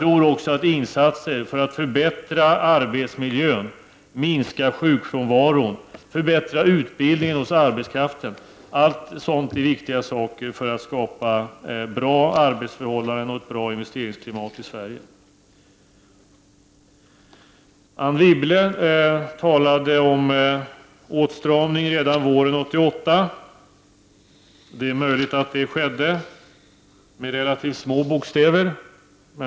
Också insatser för att förbättra arbetsmiljön, för att minska sjukfrånvaron och för att förbättra utbildningen av arbetskraften är viktiga saker för att skapa bra arbetsförhållanden och ett bra investeringsklimat i Sverige. Anne Wibble talade redan våren 1988 om åtstramning, säger hon. Det är möjligt att hon gjorde det, med relativt små bokstäver.